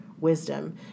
wisdom